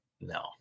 No